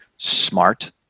smart